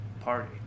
party